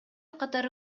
катары